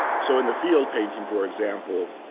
so in the field painting, for example,